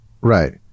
right